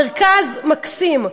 מרכז מקסים,